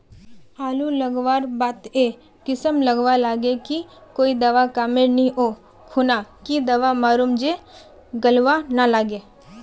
आलू लगवार बात ए किसम गलवा लागे की कोई दावा कमेर नि ओ खुना की दावा मारूम जे गलवा ना लागे?